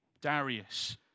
Darius